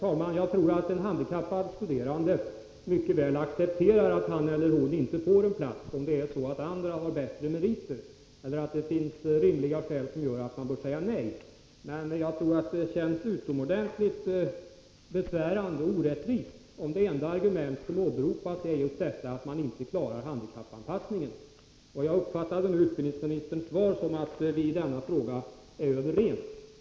Herr talman! Jag tror att en handikappad studerande mycket väl accepterar att hon eller han inte får en plats, om andra har bättre meriter eller om det finns rimliga skäl för att man bör säga nej. Men jag tror att det känns utomordentligt besvärande och orättvist om det enda argument som åberopas är just att man inte klarar handikappanpassningen. Jag uppfattar utbildningsministerns svar som att vi är överens i denna fråga.